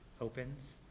opens